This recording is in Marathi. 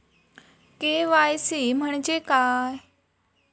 के.वाय.सी म्हणजे काय?